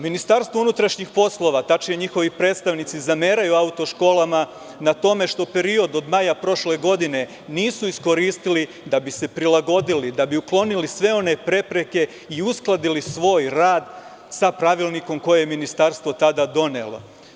Ministarstvo unutrašnjih poslova, tačnije njihovi predstavnici, zameraju auto školama na tome što period od maja prošle godine nisu iskoristili da bi se prilagodili, da bi uklonili sve one prepreke i uskladili svoj rad sa pravilnikom koji je ministarstvo tada donelo.